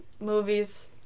Movies